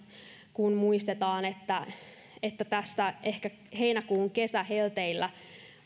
kun muistetaan että että ehkä heinäkuun kesähelteillä